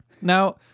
Now